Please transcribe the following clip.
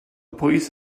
police